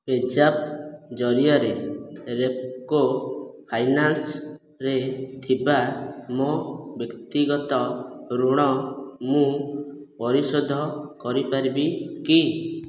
ପେଜାପ୍ ଜରିଆରେ ରେପ୍କୋ ଫାଇନାନ୍ସରେ ଥିବା ମୋ' ବ୍ୟକ୍ତିଗତ ଋଣ ମୁଁ ପରିଶୋଧ କରିପାରିବି କି